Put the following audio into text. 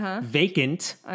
vacant